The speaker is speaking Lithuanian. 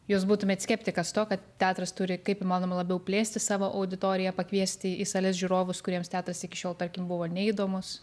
jūs būtumėt skeptikas to kad teatras turi kaip įmanoma labiau plėsti savo auditoriją pakviesti į sales žiūrovus kuriems teatras iki šiol tarkim buvo neįdomus